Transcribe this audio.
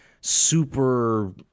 super